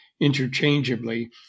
interchangeably